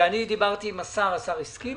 ודיברתי עם השר והוא הסכים.